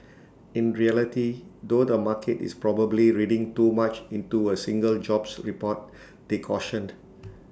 in reality though the market is probably reading too much into A single jobs report they cautioned